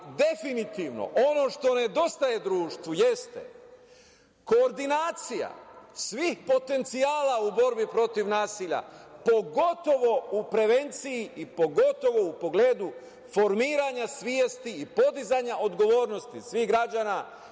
definitivno ono što nedostaje društvu jeste koordinacija svih potencijala u borbi protiv nasilja, pogotovo u prevenciji i pogotovu u pogledu formiranja svesti i podizanja odgovornosti svih građana,